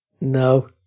No